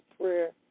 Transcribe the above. prayer